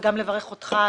וגם לברך אותך,